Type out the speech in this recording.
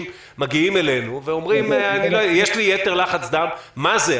מגיעים אלינו ואומרים: יש לי יתר לחץ דם מה זה?